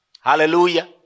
Hallelujah